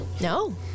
No